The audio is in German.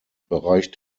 bereich